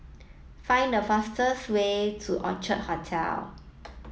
find the fastest way to Orchard Hotel